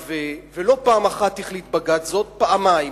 לא פעם אחת החליט זאת בג"ץ, פעמיים.